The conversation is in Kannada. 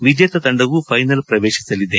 ವಿಜೇತ ತಂಡವು ಫೈನಲ್ ಪ್ರವೇಶಿಸಲಿದೆ